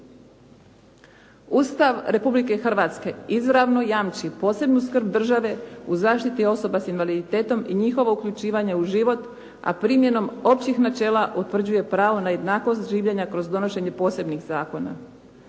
Ustav Republike Hrvatske izravno jamči posebnu skrb države u zaštiti osoba sa invaliditetom i njihovo uključivanje u život a primjerom općih načela utvrđuje pravo na jednakost življenja kroz donošenje posebnih zakona.